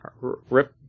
Rip